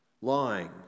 lying